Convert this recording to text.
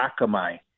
Akamai